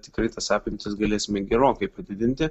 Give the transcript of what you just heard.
tikrai tas apimtis galėsime gerokai padidinti